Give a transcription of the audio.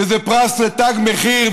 שזה פרס לתג מחיר,